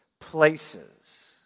places